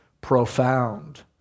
profound